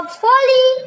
folly